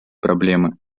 проблемы